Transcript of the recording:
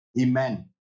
Amen